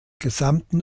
gesamten